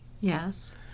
Yes